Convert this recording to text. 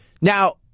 Now